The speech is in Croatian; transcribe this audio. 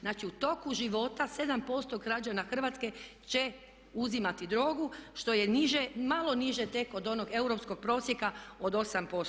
Znači u toku života 7% građana Hrvatske će uzimati drogu što je niže, malo niže tek od onog europskog prosjeka od 8%